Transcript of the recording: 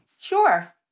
Sure